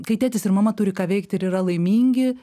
kai tėtis ir mama turi ką veikt ir yra laimingi